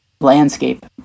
landscape